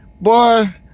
Boy